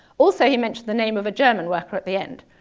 also he mentioned the name of a german worker at the end.